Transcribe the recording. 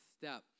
step